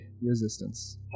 resistance